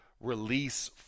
release